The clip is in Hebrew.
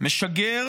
"משגר